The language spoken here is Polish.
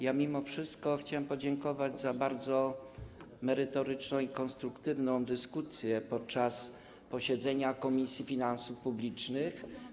Ja mimo wszystko chciałem podziękować za bardzo merytoryczną i konstruktywną dyskusję podczas posiedzenia Komisji Finansów Publicznych.